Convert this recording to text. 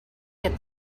get